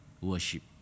worship